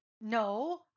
No